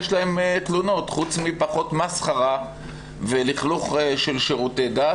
יש להם תלונות חוץ מפחות מסחרה ולכלוך של שירותי דת,